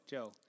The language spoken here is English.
Joe